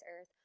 earth